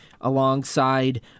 alongside